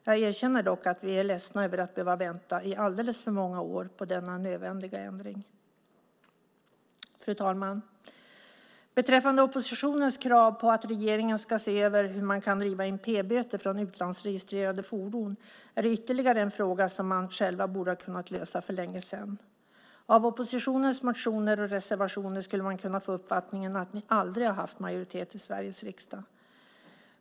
Jag erkänner dock att vi är ledsna över att behöva vänta i alldeles för många år på denna nödvändiga ändring. Fru talman! Oppositionens krav på att regeringen ska se över hur man kan driva in p-böter från utlandsregistrerade fordon är ytterligare en fråga som man själv borde ha kunnat lösa för länge sedan. Av oppositionens motioner och reservationer skulle man kunna få uppfattningen att ni aldrig har haft majoritet i Sveriges riksdag.